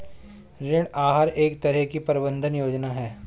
ऋण आहार एक तरह की प्रबन्धन योजना है